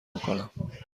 میکنم